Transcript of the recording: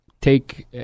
take